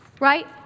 right